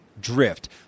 drift